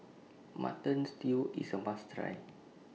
Mutton Stew IS A must Try